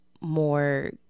more